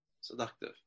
seductive